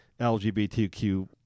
LGBTQ